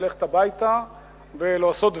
ללכת הביתה ולעשות "וי".